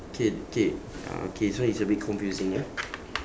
okay okay uh okay this one is a bit confusing ah